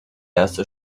erste